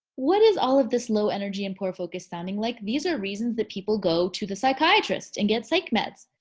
what is all of this low energy and poor focus sounding like? these are reasons that people go to the psychiatrist and get psych meds.